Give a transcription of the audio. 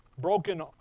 broken